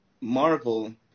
Marvel